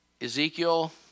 Ezekiel